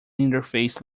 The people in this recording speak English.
interface